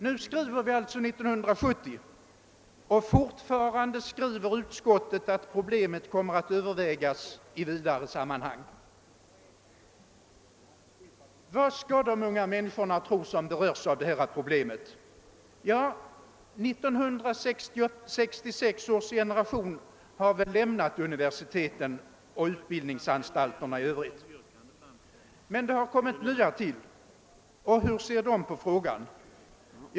Nu har vi alltså 1970, och fortfarande skriver utskottet att problemet kommer att övervägas i ett vidare sammanhang. Vad skall de ungdomar som berörs av detta problem tro? 1966 års generation har väl lämnat universiteten och övriga utbildningsanstalter. Men det har kommit nya till. Hur ser de på frågan?